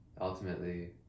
ultimately